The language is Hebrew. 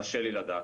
קשה לי לדעת.